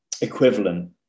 equivalent